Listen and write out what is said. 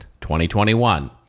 2021